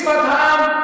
בשפת העם,